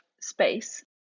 space